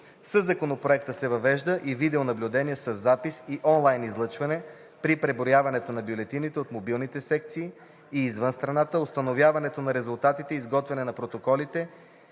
Със Законопроекта се въвежда и видеонаблюдение със запис и онлайн излъчване при преброяването на бюлетините от мобилните секции и извън страната, установяването на резултатите, изготвяне на протоколите